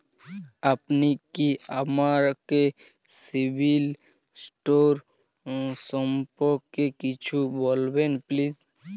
আপনি কি আমাকে সিবিল স্কোর সম্পর্কে কিছু বলবেন প্লিজ?